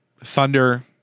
Thunder